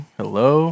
hello